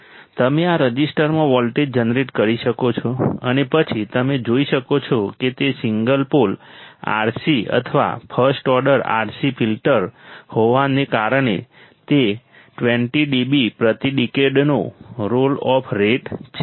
તમે આ રઝિસ્ટરમાં વોલ્ટેજ જનરેટ કરી શકો છો અને પછી તમે જોઈ શકો છો કે તે સિંગલ પોલ RC અથવા ફર્સ્ટ ઓર્ડર RC ફિલ્ટર હોવાને કારણે તે 20 dB પ્રતિ ડિકેડ નો રોલ ઑફ રેટ છે